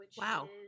Wow